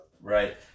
Right